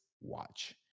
watch